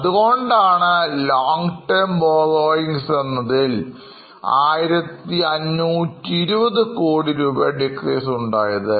അതുകൊണ്ടാണ് long term borrowings എന്നതിൽ1520 crore രൂപയുടെ decrease ഉണ്ടായത്